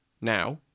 Now